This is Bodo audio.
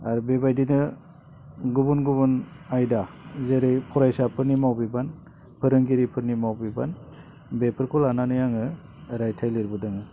आरो बेबायदिनो गुबुन गुबुन आयदा जेरै फरायसाफोरनि माव बिबान फोरोंगिरिफोरनि माव बिबान बेफोरखौ लानानै आङो रायथाइ लिरबोदोंमोन